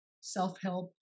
self-help